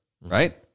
right